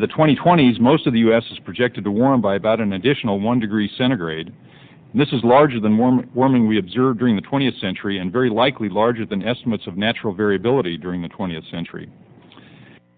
by the twenty twenty s most of the us is projected to warm by about an additional one degree centigrade this is larger than warm warming we observed during the twentieth century and very likely larger than estimates of natural variability during the twentieth century